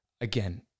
again